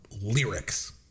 lyrics